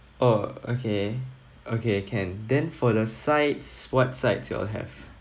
oh okay okay can then for the sides what sides you all have